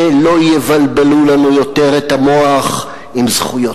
ולא יבלבלו לנו יותר את המוח עם זכויות